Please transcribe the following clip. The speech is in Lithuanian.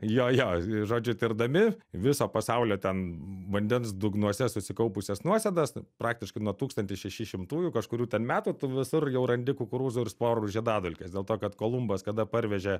jo jo žodžiu tirdami viso pasaulio ten vandens dugnuose susikaupusias nuosėdas praktiškai nuo tūkstantis šeši šimtųjų kažkurių metų tu visur jau randi kukurūzų ir sporų žiedadulkes dėl to kad kolumbas kada parvežė